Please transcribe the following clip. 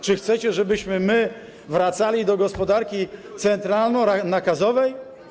Czy chcecie, żebyśmy my wracali do gospodarki centralno-nakazowej?